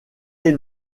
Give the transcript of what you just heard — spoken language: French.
est